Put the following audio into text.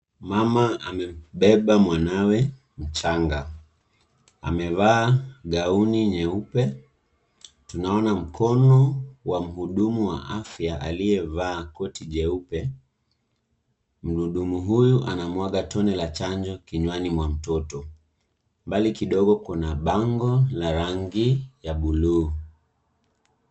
Mama amebeba mwanawe mchanga. Amevaa gauni nyeupe. Tunaona mkono wa mhudumu wa afya aliyevaa koti jeupe. Mhudumu huyu anamwaga tone la chanjo kinywani mwa mtoto. Mbali kidogo kuna bango la rangi ya buluu.